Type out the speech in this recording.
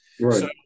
Right